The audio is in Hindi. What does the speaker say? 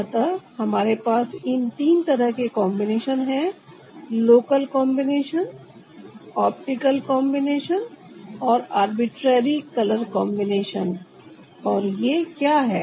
अतः हमारे पास इन तीन तरह के कॉन्बिनेशन है लोकल कॉन्बिनेशन ऑप्टिकल कॉन्बिनेशन और अरबित्रारी कलर कॉन्बिनेशन और ये क्या है